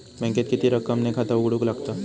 बँकेत किती रक्कम ने खाता उघडूक लागता?